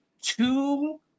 Two